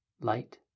light